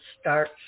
start